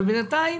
אבל בינתיים,